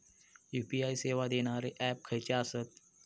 UPI सेवा देणारे app खयचे आसत?